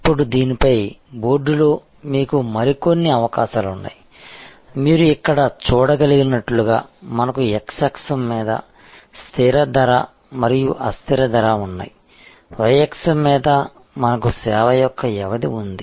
ఇప్పుడు దీనిపై బోర్డులో మీకు మరికొన్ని అవకాశాలు ఉన్నాయి మీరు ఇక్కడ చూడగలిగినట్లుగా మనకు x అక్షం మీద స్థిర ధర మరియు అస్థిర ధర ఉన్నాయి y అక్షం మీద మనకు సేవ యొక్క వ్యవధి ఉంది